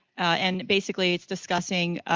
and basically, it's discussing,